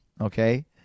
Okay